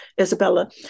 Isabella